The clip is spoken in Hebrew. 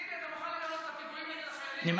טיבי, אתה מוכן לגנות את הפיגועים נגד החיילים?